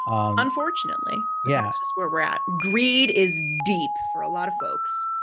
um unfortunately, yeah, that's where we're at greed is deep for a lot of folks.